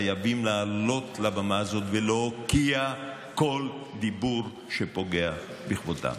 חייבים לעלות לבמה הזאת ולהוקיע כל דיבור שפוגע בכבודם.